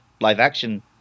live-action